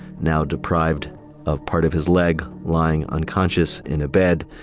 now deprived of part of his leg, lying unconscious in a bed.